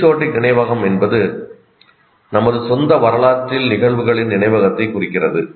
episodic நினைவகம் என்பது நமது சொந்த வரலாற்றில் நிகழ்வுகளின் நினைவகத்தைக் குறிக்கிறது